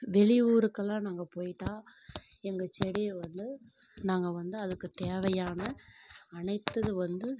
வெளியூருக்கெல்லாம் நாங்கள் போய்விட்டா எங்கள் செடியை வந்து நாங்கள் வந்து அதுக்கு தேவையான அனைத்து இது வந்து